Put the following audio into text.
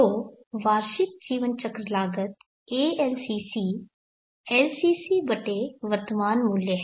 तो वार्षिक जीवन चक्र लागत ALCC LCC बटे वर्तमान मूल्य है